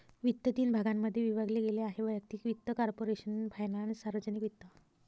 वित्त तीन भागांमध्ये विभागले गेले आहेः वैयक्तिक वित्त, कॉर्पोरेशन फायनान्स, सार्वजनिक वित्त